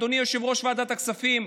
אדוני יושב-ראש ועדת הכספים,